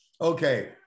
Okay